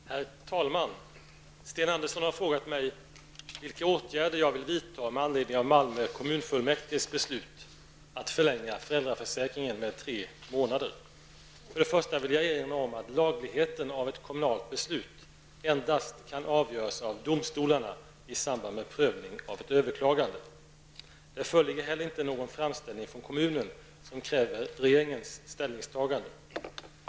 Herr talman! Sten Andersson i Malmö har frågat mig vilka åtgärder jag vill vidta med anledning av För det första vill jag erinra om att lagligheten av ett kommunalt beslut endast kan avgöras av domstolarna i samband med prövningen av ett överklagande. Det föreligger heller inte någon framställning från kommunen som kräver regeringens ställningstagande.